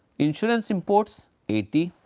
insurance imports eighty,